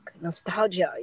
nostalgia